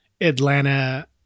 Atlanta